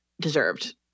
deserved